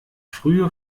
frühe